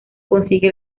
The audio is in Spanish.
consigue